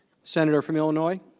senator from you know